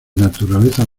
naturalezas